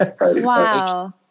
wow